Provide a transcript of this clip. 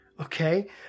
Okay